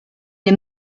est